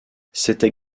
c’était